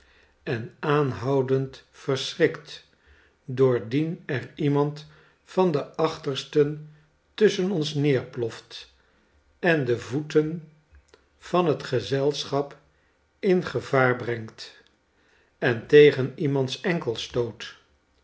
en aanhoudend verschrikt doordien er iemand van de achtersten tusschen ons neerploft en da voeten van het gezelschap in gevaar brengt en tegen iemands enkels stoot